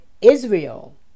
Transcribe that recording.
Israel